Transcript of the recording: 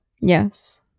Yes